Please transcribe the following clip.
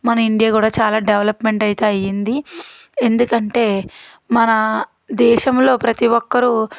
మన ఇండియా కూడా చాలా డెవలప్మెంట్ అయితే అయింది ఎందుకంటే మన దేశంలో ప్రతీ ఒక్కరూ